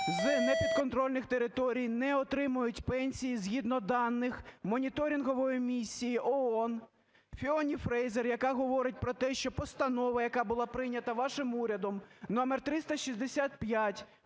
з непідконтрольних територій не отримують пенсії згідно даних Моніторингової місії ООН. Фіона Фрейзер, яка говорить про те, що постанова, яка була прийнята вашим урядом № 365